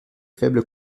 faibles